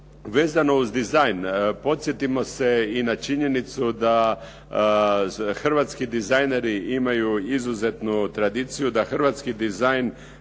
Vezano uz dizajn podsjetimo se i na činjenicu da hrvatski dizajneri imaju izuzetnu tradiciju, da hrvatski dizajn